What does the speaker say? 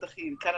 בטח היא כאן,